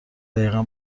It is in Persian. دقیقا